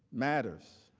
matters.